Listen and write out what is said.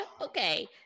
Okay